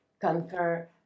Conquer